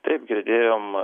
taip girdėjom